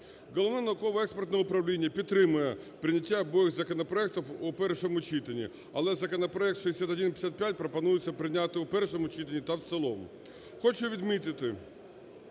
Головне науково-експертне управління підтримує прийняття обох законопроектів у першому читанні. Але законопроект 6155 пропонується прийняти у першому читанні та в цілому. Хочу відмітити,